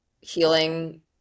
healing